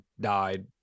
died